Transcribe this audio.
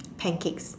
pancakes